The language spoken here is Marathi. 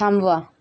थांबवा